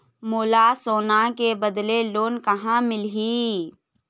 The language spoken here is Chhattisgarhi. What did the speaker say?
मोला सोना के बदले लोन कहां मिलही?